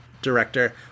director